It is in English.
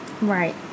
Right